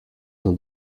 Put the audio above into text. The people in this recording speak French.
son